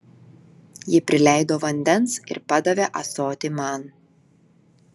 ji prileido vandens ir padavė ąsotį man